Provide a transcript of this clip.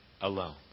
alone